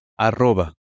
arroba